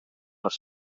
ers